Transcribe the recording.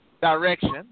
direction